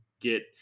get